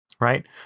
right